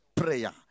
prayer